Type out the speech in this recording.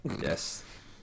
Yes